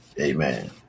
Amen